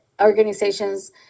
organizations